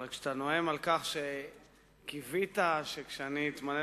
אבל כשאתה נואם על כך שקיווית שכשאני אתמנה